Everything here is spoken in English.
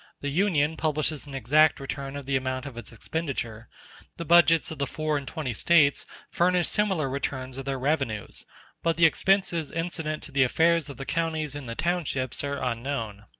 the union publishes an exact return of the amount of its expenditure the budgets of the four and twenty states furnish similar returns of their revenues but the expenses incident to the affairs of the counties and the townships are unknown.